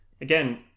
again